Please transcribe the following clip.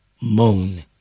Moan